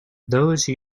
those